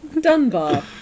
Dunbar